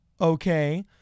okay